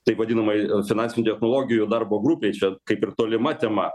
taip vadinamai finansinių technologijų darbo grupei čia kaip ir tolima tema